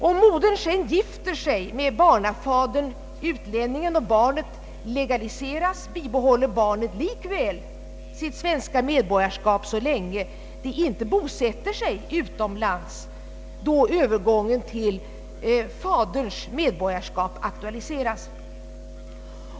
Om modern sedan gifter sig med barnafadern och barnet legaliseras behåller barnet likväl sitt svenska medborgarskap så länge familjen inte bosätter sig utomlands, då övergång till faderns medborgarskap aktualiseras.